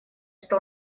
что